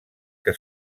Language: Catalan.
que